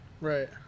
Right